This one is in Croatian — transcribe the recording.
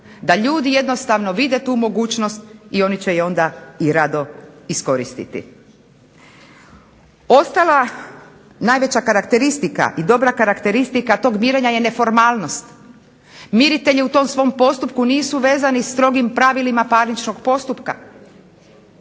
da ljudi jednostavno vide tu mogućnost i oni će je onda i rado iskoristiti. Ostala najveća karakteristika i dobra karakteristika tog mirenja je neformalnost. Miritelji u tom svom postupku nisu vezani strogim pravilima parničnog postupka.